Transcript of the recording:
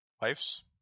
wives